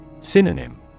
Synonym